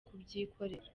kubyikorera